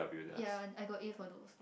ya I got A for those